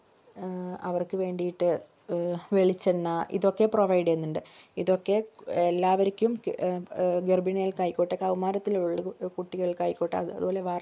അവർക്ക് വേണ്ടിയിട്ട് വെളിച്ചെണ്ണ ഇതൊക്കെ പ്രൊവൈഡ് ചെയ്യുന്നുണ്ട് ഇതൊക്കെ എല്ലാവർക്കും ഗർഭിണികൾക്കായിക്കോട്ടെ കൗമാരത്തിലു കുട്ടികൾക്കായിക്കോട്ടെ അതുപോലെ വാർദ്ധക്യത്തിലുള്ള